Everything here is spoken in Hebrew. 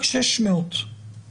מהתדייקות הנתונים רק 600 בעלי חוב.